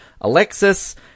Alexis